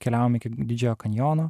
keliavom iki didžiojo kanjono